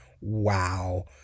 Wow